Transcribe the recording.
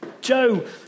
Joe